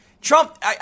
Trump